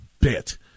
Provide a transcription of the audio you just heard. bit